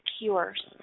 Cures